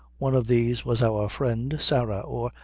one of these was our friend, sarah, or,